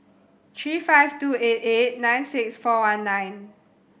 three five two eight eight nine six four one nine